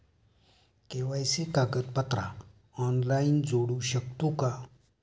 KYC कागदपत्रा online जोडू शकतू का?